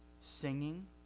singing